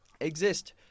exist